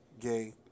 gay